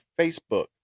Facebook